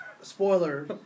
Spoiler